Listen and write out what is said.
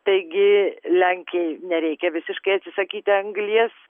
taigi lenkijai nereikia visiškai atsisakyti anglies